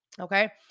Okay